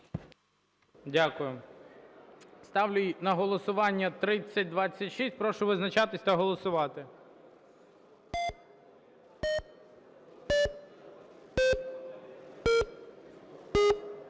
Ставлю на голосування 3027. Прошу визначатися та голосувати.